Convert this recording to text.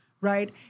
right